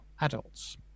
adults